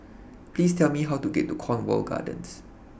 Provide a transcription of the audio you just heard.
Please Tell Me How to get to Cornwall Gardens